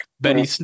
Benny